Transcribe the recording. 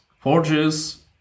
forges